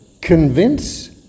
Convince